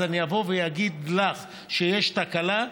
אז אני אבוא ואגיד לך שיש תקלה,